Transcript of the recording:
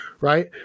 right